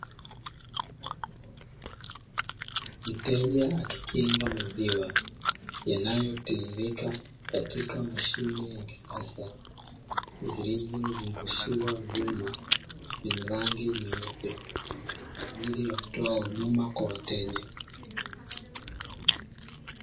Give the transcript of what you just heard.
Mteja akikinga maziwa yanayotiririka katika mashine ya kisasa zilizo zungushiwa vyuma vyenye rangi nyeupe kwa ajili ya kutoa huduma kwa wateja.